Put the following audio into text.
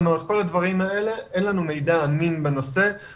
מערכת החינוך בעולם המערבי הרבה פחות צפופה